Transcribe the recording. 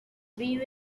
vive